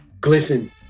glisten